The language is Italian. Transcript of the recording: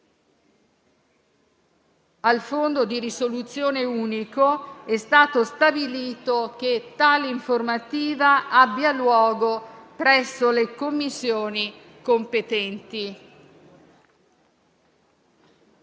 al Fondo di risoluzione unico, è stato stabilito che tale informativa abbia luogo presso le Commissioni competenti.